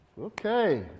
Okay